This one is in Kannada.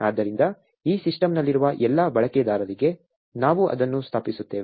ಆದ್ದರಿಂದ ಈ ಸಿಸ್ಟಂನಲ್ಲಿರುವ ಎಲ್ಲಾ ಬಳಕೆದಾರರಿಗಾಗಿ ನಾವು ಅದನ್ನು ಸ್ಥಾಪಿಸುತ್ತೇವೆ